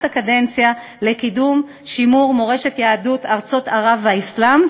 הקדנציה לשימור מורשת יהדות ארצות ערב והאסלאם,